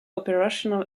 operational